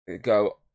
go